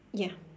ya